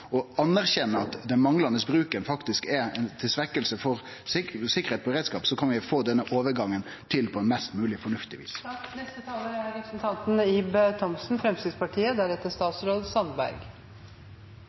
og anerkjenner at den manglande bruken faktisk er til svekking for sikkerheit og beredskap, kan vi få denne overgangen til på eit mest mogleg fornuftig vis.